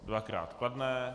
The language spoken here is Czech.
Dvakrát kladné.